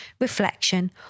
reflection